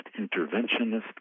interventionist